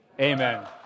Amen